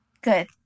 Good